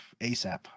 ASAP